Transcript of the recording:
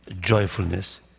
Joyfulness